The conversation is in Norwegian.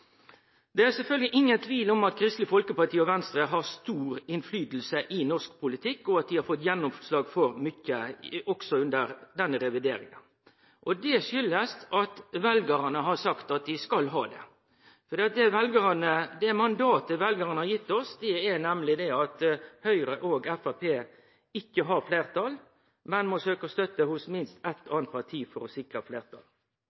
Det er sjølvsagt ingen tvil om at Kristeleg Folkeparti og Venstre har stor påverknad på norsk politikk, og at dei har fått gjennomslag for mykje også under denne revideringa. Det kjem av at veljarane har sagt at dei skal ha det. Det mandatet veljarane har gitt oss, er nemleg at Høgre og Framstegspartiet ikkje har fleirtal, men må søkje støtte hos minst eitt anna parti for å sikre fleirtal.